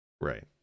Right